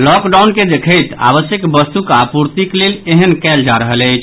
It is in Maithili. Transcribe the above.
लॉकडाउन के देखैत आवश्यक वस्तुक आपूर्तिक लेल एहेन कयल जा रहल अछि